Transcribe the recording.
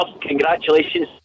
congratulations